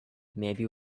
maybe